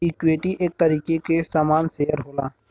equity एक तरीके के सामान शेअर होला